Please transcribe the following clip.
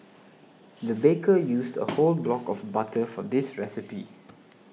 the baker used a whole block of butter for this recipe